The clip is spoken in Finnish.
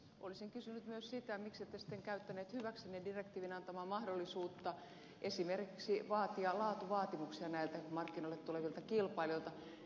olisin kysynyt myös sitä miksi ette sitten käyttänyt hyväksenne direktiivin antamaa mahdollisuutta esimerkiksi vaatia laatuvaatimuksia näiltä markkinoille tulevilta kilpailijoilta